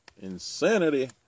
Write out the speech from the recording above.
insanity